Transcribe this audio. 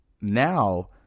Now